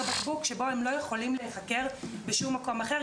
בקבוק שבו הם לא יכולים להיחקר בשום מקום אחר,